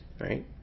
right